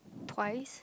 twice